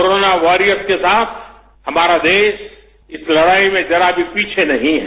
corona warriors के साथ हमारा देश इस लड़ाई में जरा भी पीछे नहीं है